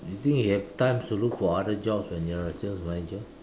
you think you have time to look for other jobs when you are sales manager